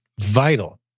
vital